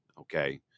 Okay